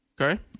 Okay